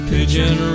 Pigeon